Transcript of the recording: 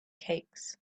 cakes